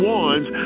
ones